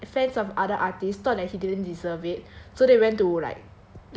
thought lik~ fans of other artists thought that he didn't deserve it so they went to like